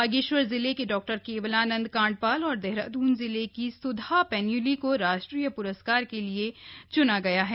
बागेश्वर जिले के डा केवलानन्द काण्डपाल और देहरादून जिले की सुधा पैन्यूली को राष्ट्रीय प्रस्कार के लिए चूना गया है